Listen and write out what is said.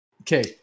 okay